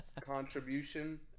contribution